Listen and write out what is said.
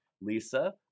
Lisa